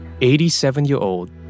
87-year-old